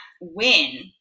win